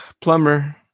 plumber